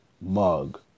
mug